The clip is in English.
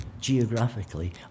geographically